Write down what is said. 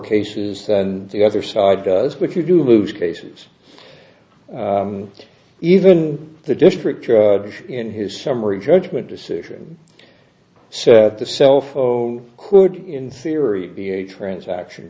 cases than the other side does but you do lose cases even the district in his summary judgment decision so the cell phone could in theory be a transaction